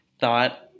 thought